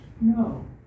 No